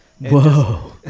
Whoa